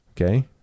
Okay